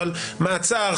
אבל מעצר,